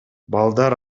балдар